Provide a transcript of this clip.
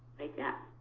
like that.